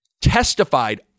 testified